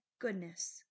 goodness